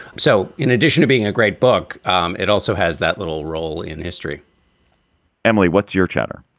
so in addition to being a great book, um it also has that little role in history emily, what's your chatter?